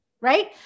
right